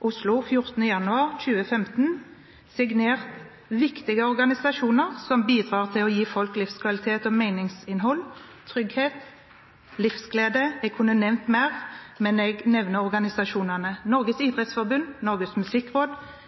Oslo 14. januar 2015, signert viktige organisasjoner som bidrar til å gi folk livskvalitet og meningsinnhold, trygghet og livsglede. Jeg kunne nevnt mer, men jeg nevner organisasjonene: Norges Idrettsforbund, Norsk musikkråd,